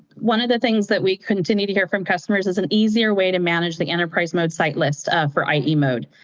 one of the things that we continue to hear from customers is an easier way to manage the enterprise mode site list for ie mode,